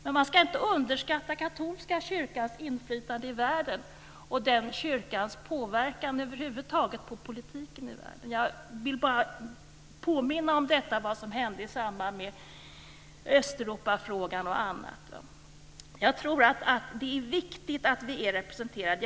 Men man ska inte underskatta katolska kyrkans inflytande i världen och den kyrkans påverkan över huvud taget på politiken i världen. Jag vill bara påminna om vad som hände i samband med Jag tror att det är viktigt att vi är representerade.